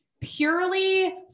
purely